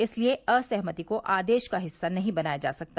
इसलिए असहमति को आदेश का हिस्सा नहीं बनाया जा सकता